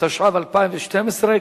התשע"ב 2012,